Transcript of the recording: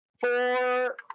four